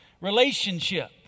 relationship